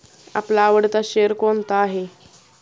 आपला आवडता शेअर कोणता आहे?